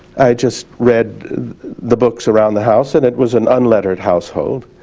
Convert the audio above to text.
i just read the books around the house and it was an unlettered household,